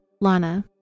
Lana